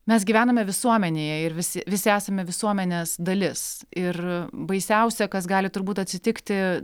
mes gyvename visuomenėje ir visi visi esame visuomenės dalis ir baisiausia kas gali turbūt atsitikti